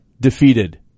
defeated